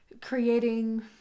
creating